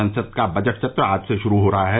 संसद का बजट सत्र आज से शुरू हो रहा है